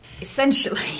essentially